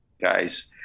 guys